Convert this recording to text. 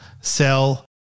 sell